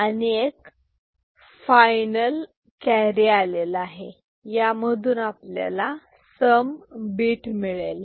आणि एक final carry आलेला आहे यामधून आपल्याला सम बिट मिळेल